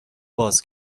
باز